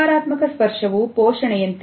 ಸಕಾರಾತ್ಮಕ ಸ್ಪರ್ಶವು ಪೋಷಣೆಯಂತೆ